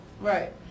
Right